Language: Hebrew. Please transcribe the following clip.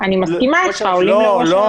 אני מסכימה אתך עולים לראש הרשות.